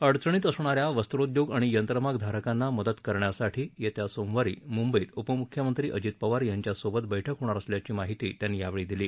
अडचणीत असणाऱ्या वस्त्रोद्योग आणि यंत्रमागधारकांना मदत करण्यासाठी येत्या सोमवारी मुंबईत उपमुख्यमंत्री अजित पवार यांच्यासोबत बठक होणार असल्याची माहिती त्यांनी दिली